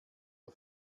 der